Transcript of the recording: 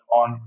on